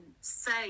say